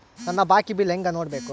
ನನ್ನ ಬಾಕಿ ಬಿಲ್ ಹೆಂಗ ನೋಡ್ಬೇಕು?